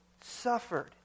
suffered